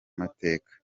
mateka